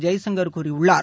ஜெய்சங்கர் கூறியுள்ளார்